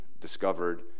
discovered